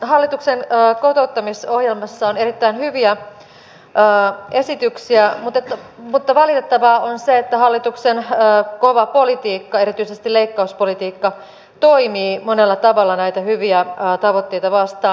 hallituksen kotouttamisohjelmassa on erittäin hyviä esityksiä mutta valitettavaa on se että hallituksen kova politiikka erityisesti leikkauspolitiikka toimii monella tavalla näitä hyviä tavoitteita vastaan